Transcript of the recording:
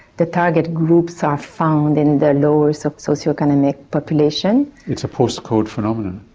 the target groups are found in the lower so socio-economic population. it's a postcode phenomenon.